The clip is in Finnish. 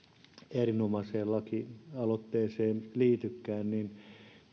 erinomaiseen lakialoitteeseen liitykään niin